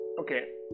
okay